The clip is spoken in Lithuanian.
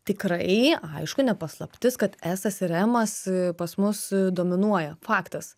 tikrai aišku ne paslaptis kad esas ir emas pas mus dominuoja faktas